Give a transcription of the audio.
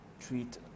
treat